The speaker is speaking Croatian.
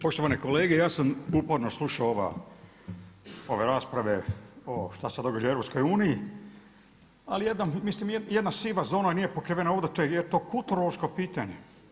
Poštovane kolege ja sam uporno slušao ove rasprave što se događa u EU ali mislim jedna siva zona nije pokrivena ovdje, je li to kulturološko pitanje.